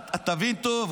תבין טוב,